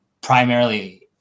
primarily